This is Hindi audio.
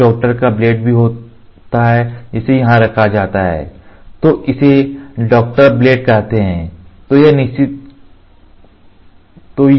एक डॉक्टर का ब्लेड भी होता है जिसे यहाँ रखा जाता है तो इसे डॉक्टर ब्लेड कहते हैं